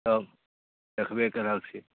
सब देखबे केलहक से